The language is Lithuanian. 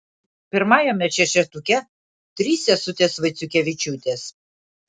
pirmajame šešetuke trys sesutės vaiciukevičiūtės